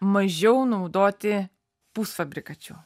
mažiau naudoti pusfabrikačių